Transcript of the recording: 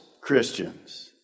Christians